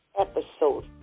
Episode